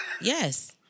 Yes